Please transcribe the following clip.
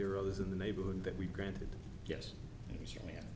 there are others in the neighborhood that we granted yes